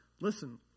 Listen